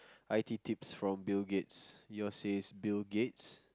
I_T tips from Bill-Gates yours is Bill-Gates